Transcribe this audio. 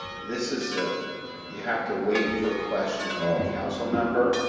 this is ah you have to wait for a question from a council member,